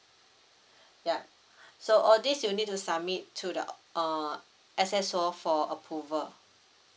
ya so all these you need to submit to the uh uh S_S_O for approval